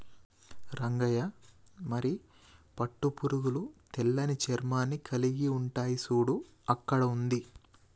రంగయ్య మరి పట్టు పురుగులు తెల్లని చర్మాన్ని కలిలిగి ఉంటాయి సూడు అక్కడ ఉంది